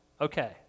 Okay